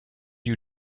you